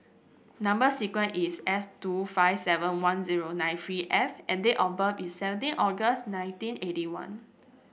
number sequence is S two five seven one zero nine three F and date of birth is seventeen August nineteen eighty one